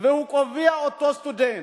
והוא קובע, אותו סטודנט,